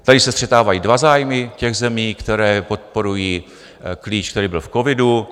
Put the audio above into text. Tady se střetávají dva zájmy těch zemí, které podporují klíč, který byl v covidu.